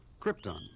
Krypton